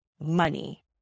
money